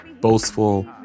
boastful